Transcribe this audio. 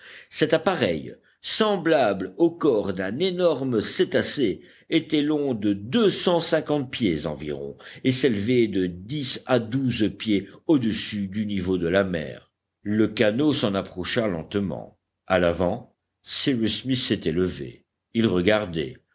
cet appareil semblable au corps d'un énorme cétacé était long de deux cent cinquante pieds environ et s'élevait de dix à douze pieds au-dessus du niveau de la mer le canot s'en approcha lentement à l'avant cyrus smith s'était levé il regardait